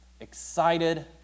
Excited